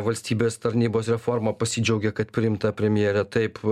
valstybės tarnybos reforma pasidžiaugė kad priimta premjerė taip